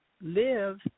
live